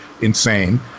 insane